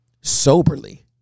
soberly